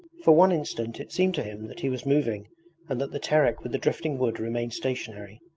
for one instant it seemed to him that he was moving and that the terek with the drifting wood remained stationary.